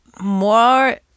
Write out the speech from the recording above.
more